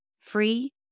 Free